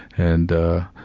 and ah,